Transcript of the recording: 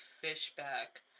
Fishback